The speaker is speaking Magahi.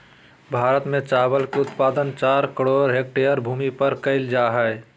भारत में चावल के उत्पादन चार करोड़ हेक्टेयर भूमि पर कइल जा हइ